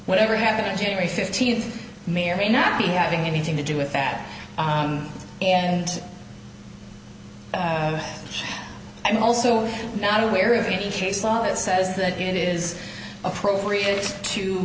whatever happened on january fifteenth may or may not be having anything to do with that and i'm also not aware of any case law that says that it is appropriate to